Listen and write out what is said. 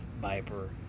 Viper